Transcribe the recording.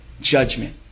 judgment